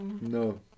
No